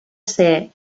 ser